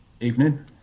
Evening